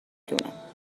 دونم